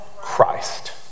Christ